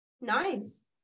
Nice